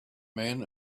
men